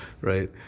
right